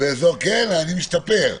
כן, אני משתפר.